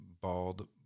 bald –